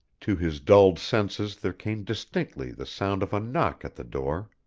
to his dulled senses there came distinctly the sound of a knock at the door.